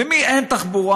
למי אין תחבורה?